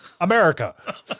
America